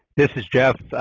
this is jeff.